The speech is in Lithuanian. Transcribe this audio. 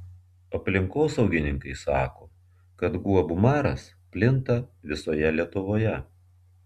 aplinkosaugininkai sako kad guobų maras plinta visoje lietuvoje